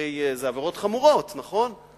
הרי זה עבירות חמורות, נכון?